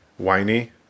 whiny